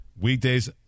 weekdays